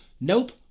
Nope